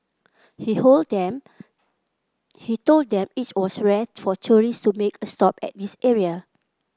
he hold them he told them it was rare for tourists to make a stop at this area